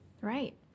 Right